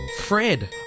Fred